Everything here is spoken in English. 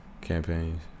campaigns